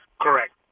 Correct